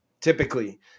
Typically